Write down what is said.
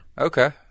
Okay